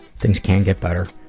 things can get better,